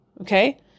okay